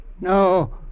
No